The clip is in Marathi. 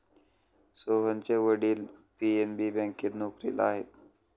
सोहनचे वडील पी.एन.बी बँकेत नोकरीला आहेत